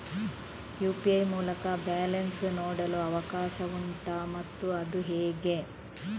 UPI ಮೂಲಕ balance ನೋಡಲು ಅವಕಾಶ ಉಂಟಾ ಮತ್ತು ಅದು ಹೇಗೆ?